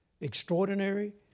extraordinary